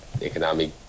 economic